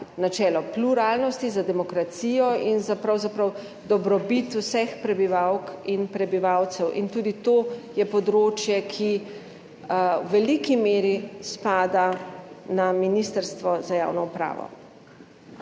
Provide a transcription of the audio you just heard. načelo pluralnosti, za demokracijo in za pravzaprav dobrobit vseh prebivalk in prebivalcev. In tudi to je področje, ki v veliki meri spada na Ministrstvo za javno upravo.